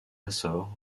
açores